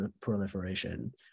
proliferation